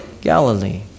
Galilee